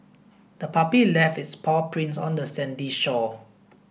the puppy left its paw prints on the sandy shore